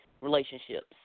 relationships